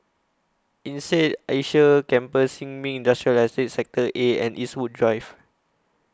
Insead Asia Campus Sin Ming Industrial Estate Sector A and Eastwood Drive